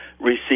receive